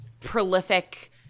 prolific